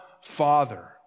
Father